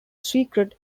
secret